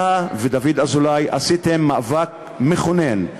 אתה ודוד אזולאי עשיתם מאבק מכונן,